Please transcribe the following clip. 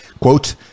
quote